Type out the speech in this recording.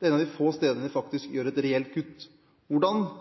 Det er en av de få stedene de faktisk gjør et reelt kutt. Hvordan